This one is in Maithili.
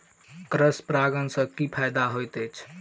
क्रॉस परागण सँ की फायदा हएत अछि?